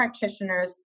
practitioners